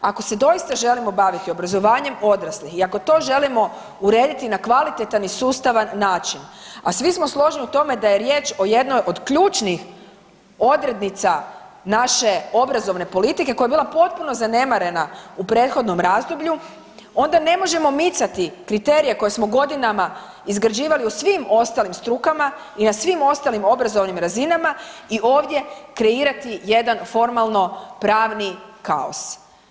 Ako se doista želimo baviti obrazovanjem odraslih i ako to želimo urediti na kvalitetan i sustavan način, a svi smo složni u tome da je riječ o jednoj od ključnih odrednica naše obrazovne politike koja je bila potpuno zanemarena u prethodnom razdoblju onda ne može micati kriterije koje smo godinama izgrađivali u svim ostalim strukama i na svim ostalim obrazovnim razinama i ovdje kreirati jedan formalno pravni kaos.